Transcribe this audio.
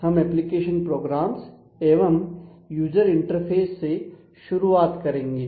हम application programs एवं user interface से शुरुआत करेंगे